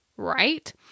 Right